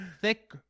thick